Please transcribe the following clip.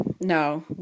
No